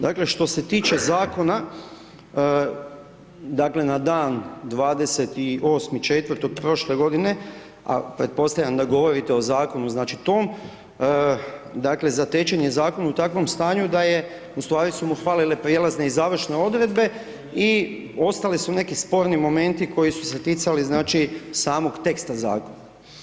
Dakle, što se tiče Zakona, dakle, na dan 28.4. prošle godine, a pretpostavljam da govorite o Zakonu, znači, tom, dakle, zatečen je Zakon u takvom stanju da je, u stvari su mu falile prijelazne i završne odredbe i ostali su neki sporni momenti koji su se ticali, znači, samog teksta Zakona.